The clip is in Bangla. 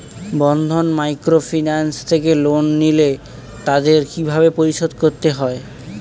বন্ধন মাইক্রোফিন্যান্স থেকে লোন নিলে তাদের কিভাবে পরিশোধ করতে হয়?